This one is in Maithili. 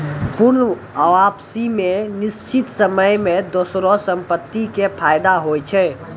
पूर्ण वापसी मे निश्चित समय मे दोसरो संपत्ति के फायदा होय छै